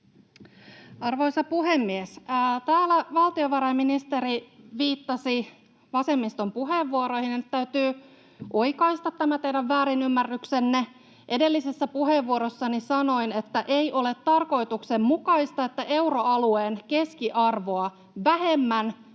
Arvoisa puhemies! Täällä valtiovarainministeri viittasi vasemmiston puheenvuoroihin, ja nyt täytyy oikaista tämä teidän väärinymmärryksenne. Edellisessä puheenvuorossani sanoin, että ei ole tarkoituksenmukaista, että euroalueen keskiarvoa vähemmän